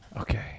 okay